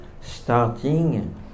starting